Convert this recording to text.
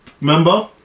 Remember